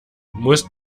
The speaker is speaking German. musst